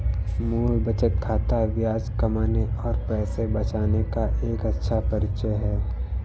मूल बचत खाता ब्याज कमाने और पैसे बचाने का एक अच्छा परिचय है